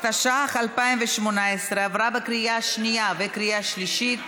התשע"ח 2018, עברה בקריאה שנייה ובקריאה שלישית,